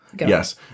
Yes